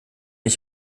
ich